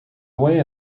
away